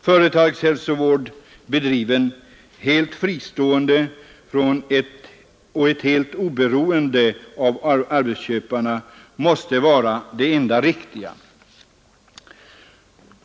Företagshälsovård bedriven fristående från och helt oberoende av arbetsköparna måste vara det enda riktiga.